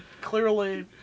clearly